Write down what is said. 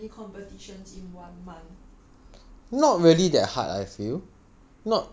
but how feasible is it to join so many competitions in one month